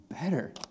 better